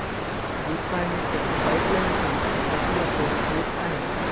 दूध काढण्याच्या पाइपलाइनचा अतिवापर होत आहे